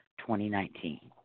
2019